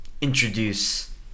introduce